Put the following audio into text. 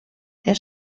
der